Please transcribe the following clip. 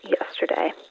yesterday